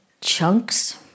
Chunks